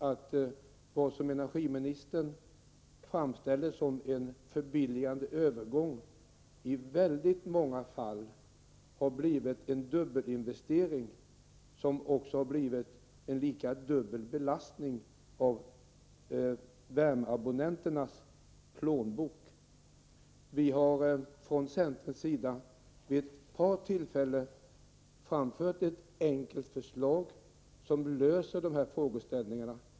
Det som energiministern framställde som en förbilligande övergång har i väldigt många fall blivit en dubbelinvestering som även har blivit en dubbel belastning på värmeabonnenternas plånböcker. Vi har från centerns sida vid ett par tillfällen framfört ett enkelt förslag som löser dessa frågor.